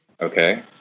Okay